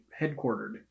headquartered